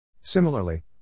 Similarly